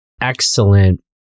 excellent